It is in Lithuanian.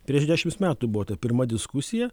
prieš dešimts metų buvo ta pirma diskusija